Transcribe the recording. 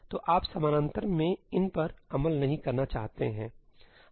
तो आप समानांतर में इन पर अमल नहीं करना चाहते हैं